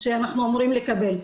שאנחנו אמורים לקבל.